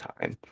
time